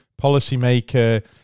policymaker